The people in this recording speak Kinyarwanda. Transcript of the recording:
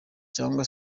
cyangwa